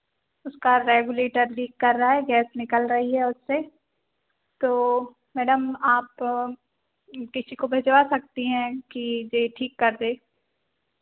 उसका regulator leak कर रहा है गैस निकल रही है उससे तो मैडम आप किसी को भिजवा सकती हैं कि जो ठीक कर दे